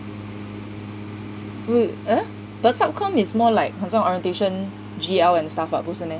wo~ ah but sub comm is more like 很像 orientation G_L and stuff up [what] 不是 meh